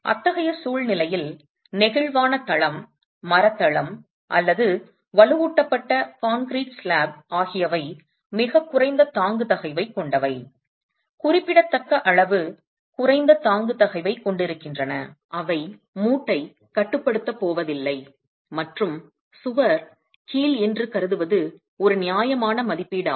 அத்தகைய சூழ்நிலையில் நெகிழ்வான தளம் மரத் தளம் அல்லது வலுவூட்டப்பட்ட கான்கிரீட் ஸ்லாப் ஆகியவை மிகக் குறைந்த தாங்கு தகைவைக் கொண்டவை குறிப்பிடத்தக்க அளவு குறைந்த தாங்கு தகைவைக் கொண்டிருக்கின்றன அவை மூட்டைக் கட்டுப்படுத்தப் போவதில்லை மற்றும் சுவர் கீல் என்று கருதுவது ஒரு நியாயமான மதிப்பீடாகும்